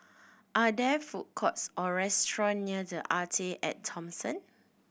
are there food courts or restaurants near The Arte At Thomson